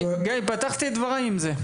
פתחתי את דבריי בזה.